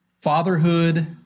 fatherhood